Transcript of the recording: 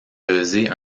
peser